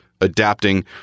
adapting